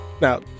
Now